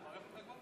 לברך אותך?